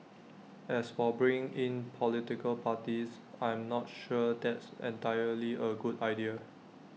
as for bringing in political parties I'm not sure that's entirely A good idea